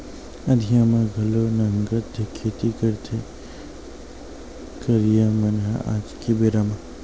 अंधिया म घलो नंगत खेती करथे करइया मन ह आज के बेरा म